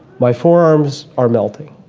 my forearms are melting